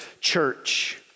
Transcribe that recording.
church